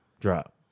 drop